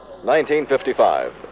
1955